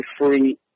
free